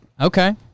Okay